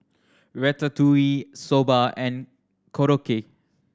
Ratatouille Soba and Korokke